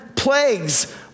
Plagues